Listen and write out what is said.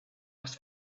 was